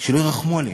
שלא ירחמו עליהם,